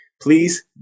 please